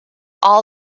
all